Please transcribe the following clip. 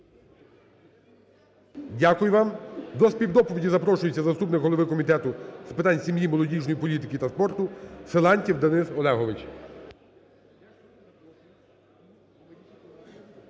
Дякую вам. До співдоповіді запрошується заступник голови Комітету з питань сім'ї, молодіжної політики та спорту Силантьєв Денис Олегович.